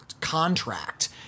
contract